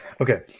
Okay